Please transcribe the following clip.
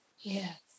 Yes